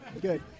Good